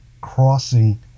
crossing